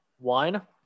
one